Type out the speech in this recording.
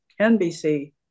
NBC